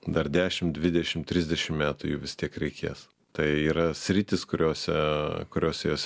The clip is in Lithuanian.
dar dešim dvidšim trisdešim metų jų vis tiek reikės tai yra sritys kuriose kurios jos